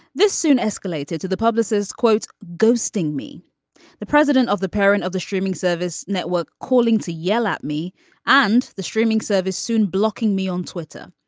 this soon escalated to the publicist quotes ghosting me the president of the parent of the streaming service network calling to yell at me and the streaming service soon blocking me on twitter.